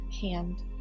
hand